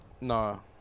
No